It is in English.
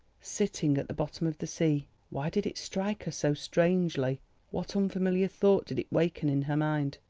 sitting at the bottom of the sea why did it strike her so strangely what unfamiliar thought did it waken in her mind?